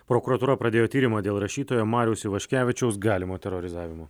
prokuratūra pradėjo tyrimą dėl rašytojo mariaus ivaškevičiaus galimo terorizavimo